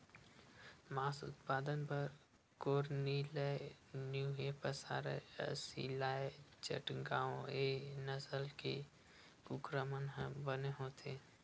मांस उत्पादन बर कोरनिलए न्यूहेपसायर, असीलए चटगाँव ए नसल के कुकरा मन ह बने होथे